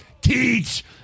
teach